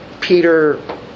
Peter